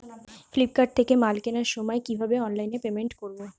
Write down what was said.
Flipkart থেকে মাল কেনার সময় কিভাবে অনলাইনে পেমেন্ট করব?